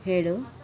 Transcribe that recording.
ಏಳು